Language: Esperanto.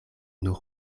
nur